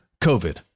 COVID